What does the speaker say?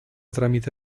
tramite